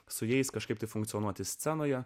su jais kažkaip funkcionuoti scenoje